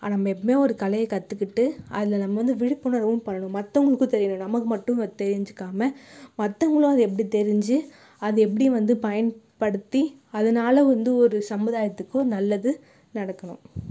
நம்ம எப்பவுமே ஒரு கலையை கற்றுக்கிட்டு அதில் நம்ம வந்து விழிப்புணர்வும் பண்ணணும் மற்றவங்களுக்கும் தெரியணும் நம்ம மட்டும் தெரிஞ்சிக்காமல் மற்றவங்களும் அது எப்படி தெரிஞ்சு அது எப்படி வந்து பயன்படுத்தி அதனால வந்து ஒரு சமுதாயத்துக்கு நல்லது நடக்கணும்